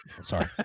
Sorry